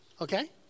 okay